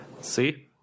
See